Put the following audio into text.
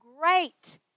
Great